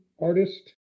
artist